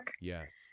Yes